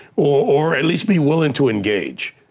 or at least be willing to engage,